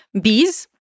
bees